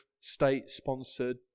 state-sponsored